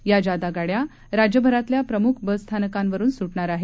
या जादा गाड्या राज्यभरातल्या प्रमुख बसस्थानकावरून सुटणार आहेत